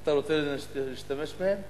אתה רוצה להשתמש בהן?